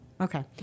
okay